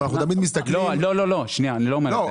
ואנחנו תמיד מסתכלים --- אני לא אומר את זה.